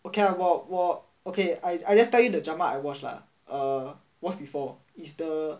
ok lah 我我 okay I just tell you the drama that I I watch ah watch before